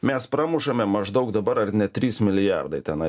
mes pramušame maždaug dabar ar net trys milijardai tenai